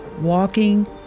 walking